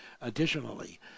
additionally